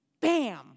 bam